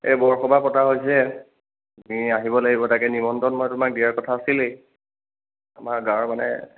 এই বৰসবাহ পতা হৈছে তুমি আহিব লাগিব তাকেই নিমন্ত্ৰণ মই তোমাক দিয়াৰ কথা আছিলেই আমাৰ গাঁৱৰ মানে